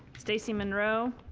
stacy monroe,